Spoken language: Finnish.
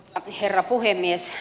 arvoisa herra puhemies